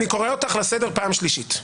אני קורא אותך לסדר פעם שלישית.